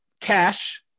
Cash